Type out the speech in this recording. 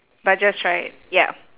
but just try it ya